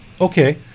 Okay